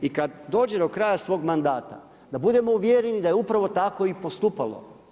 I kad dođe do kraja svog mandata da budemo uvjereni da je upravo tako i postupalo.